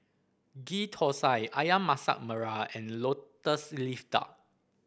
Ghee Thosai ayam Masak Merah and lotus leaf duck